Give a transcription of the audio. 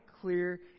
clear